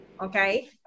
Okay